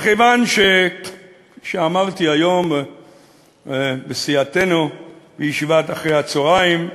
מכיוון שאמרתי היום בסיעתנו בישיבת אחר-הצהריים,